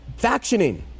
factioning